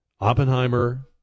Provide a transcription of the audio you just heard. Oppenheimer